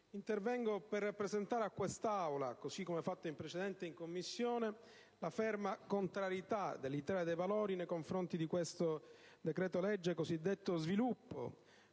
intervengo per rappresentare a quest'Aula, così come fatto in precedenza in Commissione, la ferma contrarietà dell'Italia dei Valori nei confronti del cosiddetto decreto-legge sviluppo,